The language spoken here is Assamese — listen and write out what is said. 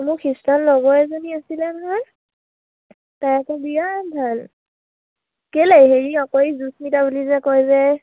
মোৰ খৃষ্টান লগৰ এজনী আছিলে নহয় তাই আকৌ বিৰাত ভাল কেলে হেৰি আকৌ জুস্মিতা বুলি যে কয় যে